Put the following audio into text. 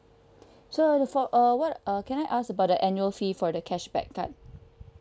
so for uh what err can I ask about the annual fee for the cashback card